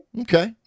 Okay